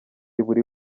buri